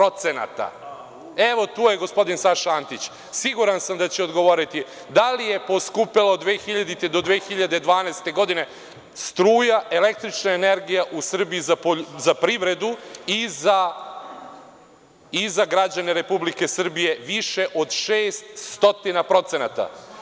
Evo, tu je gospodin Saša Antić, siguran sam da će odgovoriti – da li je poskupela od 2000. do 2012. godine struja, električna energija u Srbiji za privredu i za građane Republike Srbije više od 600%